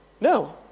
No